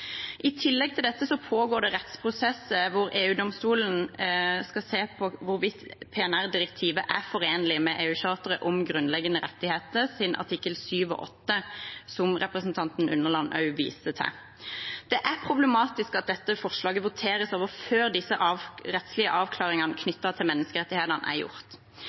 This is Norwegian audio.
I tillegg til dette pågår det rettsprosesser hvor EU-domstolen skal se på hvorvidt PNR-direktivet er forenlig med EU-charteret om grunnleggende rettigheters art. 7 og 8, som representanten Unneland også viste til. Det er problematisk at dette forslaget voteres over før disse rettslige avklaringene knyttet til menneskerettighetene er gjort.